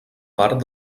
part